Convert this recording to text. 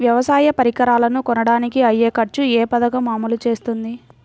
వ్యవసాయ పరికరాలను కొనడానికి అయ్యే ఖర్చు ఏ పదకము అమలు చేస్తుంది?